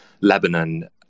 lebanon